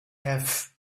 have